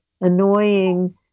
annoying